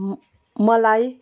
मलाई